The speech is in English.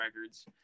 records